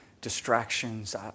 distractions